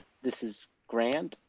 this is grant.